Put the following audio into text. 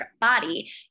body